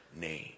name